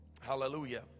Hallelujah